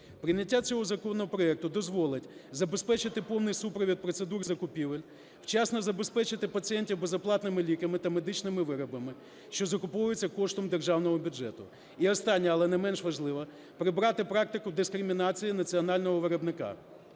Прийняття цього законопроекту дозволить: забезпечити повний супровід процедур закупівель, вчасно забезпечити пацієнтів безоплатними ліками та медичними виробами, що закуповуються коштом державного бюджету. І останнє, не менш важливе, прибрати практику дискримінації національного виробника.